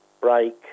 break